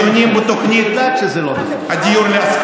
ואנחנו מבזבזים שעות על דיונים בתוכנית דיור להשכרה,